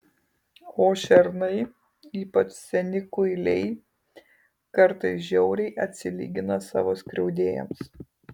o šernai ypač seni kuiliai kartais žiauriai atsilygina savo skriaudėjams